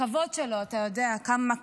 הכבוד שלו, אתה יודע, כמה כבוד,